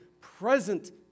present